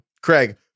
Craig